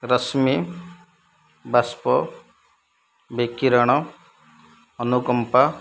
ରଶ୍ମି ବାଷ୍ପ ବିକିରଣ ଅନୁକମ୍ପା